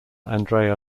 andrea